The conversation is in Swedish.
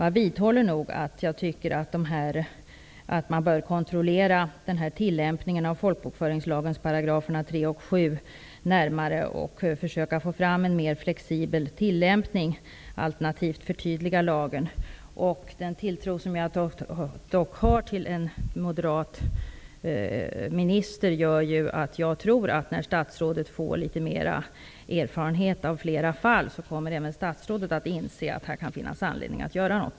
Jag vidhåller att man bör kontrollera tillämpningen av folkbokföringslagen 3 och 7 §§ närmare och försöka få fram en mer flexibel tillämpning, alternativt förtydligande av lagen. Den tilltro som jag dock har till en moderat minister gör att jag tror att även statsrådet när han får litet mer erfarenhet av flera fall kommer att inse att det här kan finnas anledning att göra något.